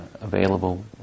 available